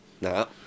No